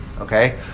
Okay